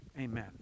amen